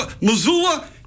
Missoula